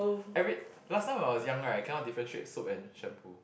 every last time when I was young right I cannot differentiate soap and shampoo